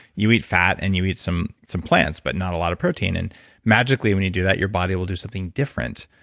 you eat fat and you eat some some plants, but not a lot of protein. and magically when you do that your body will do something different.